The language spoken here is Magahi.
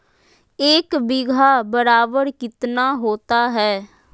एक बीघा बराबर कितना होता है?